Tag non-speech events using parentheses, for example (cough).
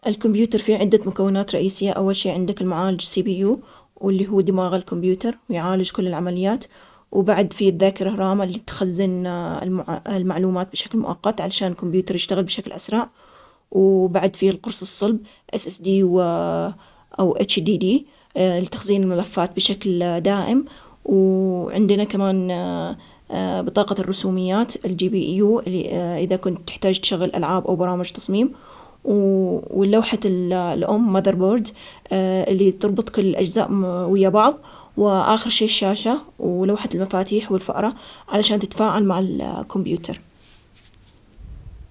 الكمبيوتر فيه عدة مكونات رئيسية، أول شي عندك المعالج السي بي يو واللي هو دماغ الكمبيوتر ويعالج كل العمليات، وبعد في الذاكرة أهراما اللي تخزن المع- المعلومات بشكل مؤقت علشان الكمبيوتر يشتغل بشكل أسرع، وبعد في القرص الصلب إس إس دي و أو اتش دي دي لتخزين الملفات بشكل دائم، و عندنا كمان (hesitation) بطاقة الرسوميات ال إذا كنت تحتاج تشغل ألعاب أو برامج تصميم. (hesitation) ولوحة ال (hesitation) الأم مودربورد (hesitation) اللي تربط الأجزاء ويا بعض، و آخر شي الشاشة، ولوحة المفاتيح، والفأرة علشان تتفاعل مع ال- (hesitation) الكمبيوتر.